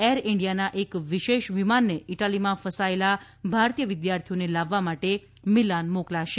air ઇન્ડિયાના એક વિશેષ વિમાનને ઇટાલીમાં ફસાયેલા ભારતીય વિદ્યાર્થીઓને લાવવા માટે મિલાન મોકલાશે